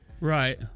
Right